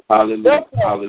Hallelujah